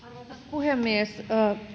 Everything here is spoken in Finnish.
puhemies